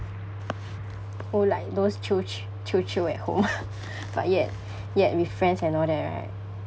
oh like those cho cho cho cho at home but yet yet with friends and all that right